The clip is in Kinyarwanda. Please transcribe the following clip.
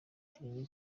kirenge